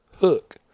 Hook